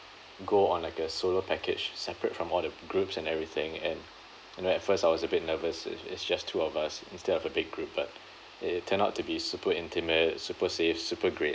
go on like a solo package separate from all the groups and everything and you know at first I was a bit nervous it's it's just two of us instead of a big group but it it turned out to be super intimate super safe super great